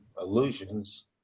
illusions